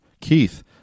Keith